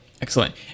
Excellent